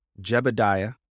Jebediah